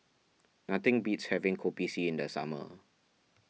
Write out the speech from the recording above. nothing beats having Kopi C in the summer